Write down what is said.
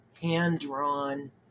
hand-drawn